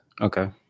Okay